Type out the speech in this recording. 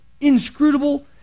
inscrutable